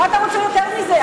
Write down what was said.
מה אתה רוצה יותר מזה?